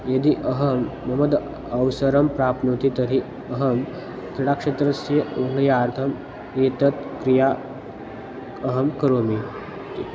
यदि अहं मम द अवसरं प्राप्नोति तर्हि अहं क्रीडाक्षेत्रस्य उन्नत्यर्थम् एतत् क्रिया अहं करोमि इति